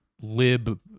Lib